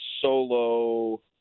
solo